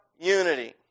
unity